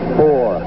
four